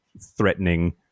threatening